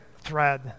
thread